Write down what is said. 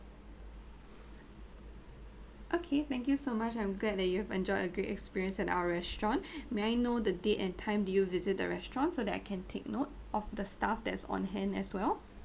okay thank you so much I'm glad that you've enjoyed a great experience at our restaurant may I know the date and time did you visit the restaurant so that I can take note of the staff that's on hand as well